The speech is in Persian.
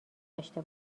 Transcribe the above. داشته